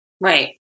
Right